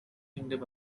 kingdom